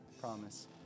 promise